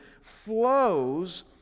flows